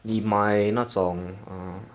well it's O_P level that's why